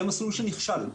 זה מסלול שנכשל,